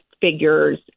figures